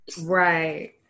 Right